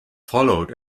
followed